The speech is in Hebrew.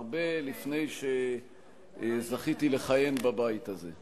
הרבה לפני שזכיתי לכהן בבית הזה.